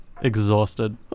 exhausted